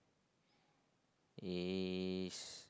Ace